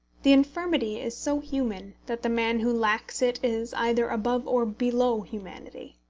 the infirmity is so human that the man who lacks it is either above or below humanity.